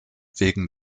wegen